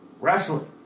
wrestling